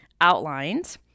outlined